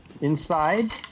inside